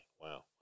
wow